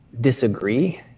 disagree